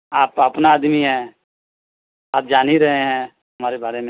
آپ اپنا آدمی ہیں آپ جان ہی رہے ہیں ہمارے بارے میں